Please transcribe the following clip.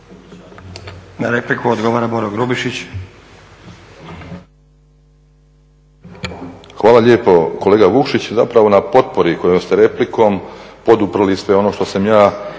Na repliku odgovara Boro Grubišić.